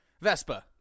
Vespa